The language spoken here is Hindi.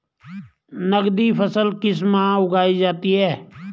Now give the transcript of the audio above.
नकदी फसल किस माह उगाई जाती है?